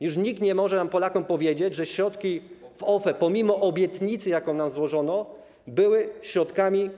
Już nikt nie może nam, Polakom, powiedzieć, że środki w OFE, pomimo obietnicy, jaką nam złożono, były środkami publicznymi.